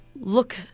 look